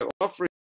offering